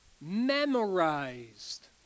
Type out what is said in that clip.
Memorized